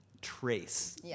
trace